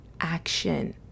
action